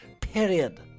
Period